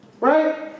Right